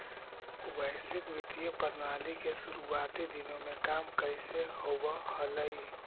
वैश्विक वित्तीय प्रणाली के शुरुआती दिनों में काम कैसे होवअ हलइ